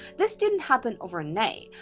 this didn't happen over night.